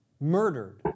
murdered